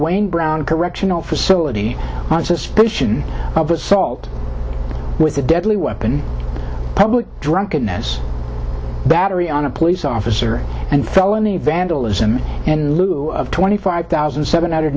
wayne brown correctional facility on suspicion of assault with a deadly weapon public drunkenness battery on a police officer and felony vandalism and lieu of twenty five thousand seven hundred